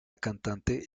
cantante